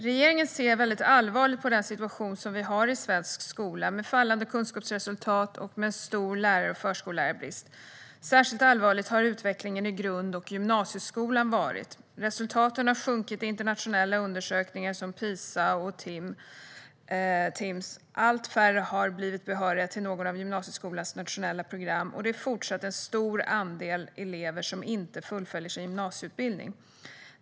Regeringen ser väldigt allvarligt på den situation som vi har i svensk skola, med fallande kunskapsresultat och med stor lärar och förskollärarbrist. Särskilt allvarlig har utvecklingen i grund och gymnasieskolan varit. Resultaten har sjunkit i internationella undersökningar som PISA och Timss. Allt färre har blivit behöriga till något av gymnasieskolans nationella program, och det är fortsatt en stor andel elever som inte fullföljer sin gymnasieutbildning.